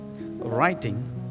writing